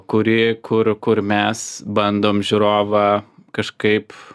kuri kur kur mes bandom žiūrovą kažkaip